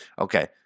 Okay